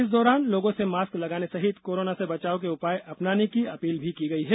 इस दौरान लोगों से मास्क लगाने सहित कोरोना से बचाव के उपाय अपनाने की अपील भी की गई है